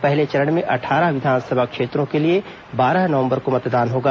पहले चरण में अट्ठारह विधानसभा क्षेत्रों के लिए बारह नवंबर को मतदान होगा